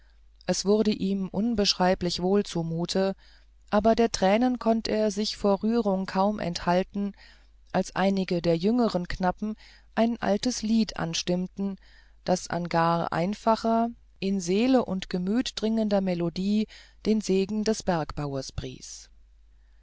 es wurde ihm unbeschreiblich wohl zumute aber der tränen konnt er sich vor rührung kaum enthalten als einige der jüngeren knappen ein altes lied anstimmten das in gar einfacher in seele und gemüt dringender melodie den segen des bergbaues pries